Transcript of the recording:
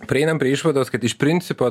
prieinam prie išvados kad iš principo